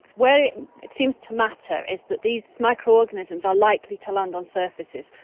where it seems to matter is that these microorganisms are likely to land on surfaces.